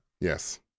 yes